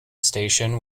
station